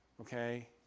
okay